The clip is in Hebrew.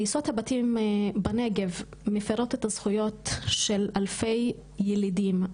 הריסות הבתים בנגב מפירות את הזכויות של אלפי ילידים,